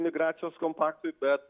migracijos kompaktui bet